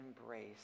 embrace